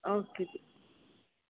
okay